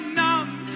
numb